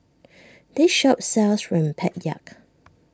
this shop sells Rempeyek